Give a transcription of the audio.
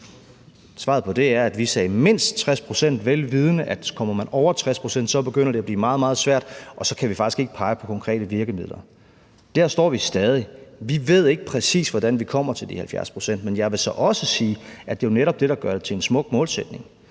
svaret på det er, at vi sagde mindst 60 pct., vel vidende at kommer man over 60 pct., begynder det at blive meget, meget svært, og så kan vi faktisk ikke pege på konkrete virkemidler. Der står vi stadig. Vi ved ikke præcis, hvordan vi kommer til de 70 pct., men jeg vil også sige, at det jo netop er det, der gør det til en smuk målsætning.